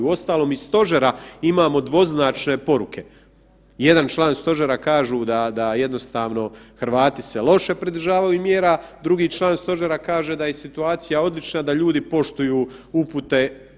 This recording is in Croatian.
Uostalom iz stožera imamo dvoznačne poruke, jedan član stožera kaže da jednostavno Hrvati se loše pridržavaju mjera, drugi član stožera kaže da je situacija odlična da ljudi poštuju upute.